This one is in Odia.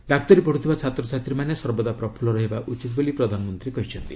ଡାକ୍ତରୀ ପଢ଼ୁଥିବା ଛାତ୍ରଛାତ୍ରୀମାନେ ସର୍ବଦା ପ୍ରଫୁଲ୍ଲ ରହିବା ଉଚିତ୍ ବୋଲି ପ୍ରଧାନମନ୍ତ୍ରୀ କହିଛନ୍ତି